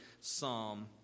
psalm